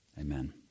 amen